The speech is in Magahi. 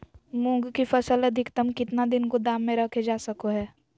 मूंग की फसल अधिकतम कितना दिन गोदाम में रखे जा सको हय?